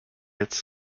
its